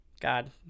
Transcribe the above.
God